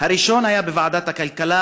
הראשון היה בוועדת הכלכלה,